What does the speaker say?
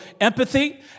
empathy